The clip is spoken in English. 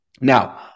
Now